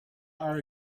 our